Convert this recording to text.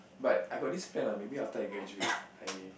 but I got this plan lah maybe after I graduate I